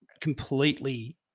completely